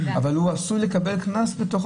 אבל הוא עשוי לקבל קנס.